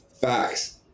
Facts